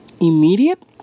immediate